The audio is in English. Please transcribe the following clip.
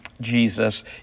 Jesus